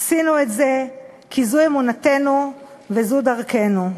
עשינו את זה כי זו אמונתנו וזו דרכנו.